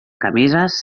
camises